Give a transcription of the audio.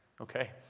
okay